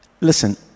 Listen